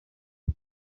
uba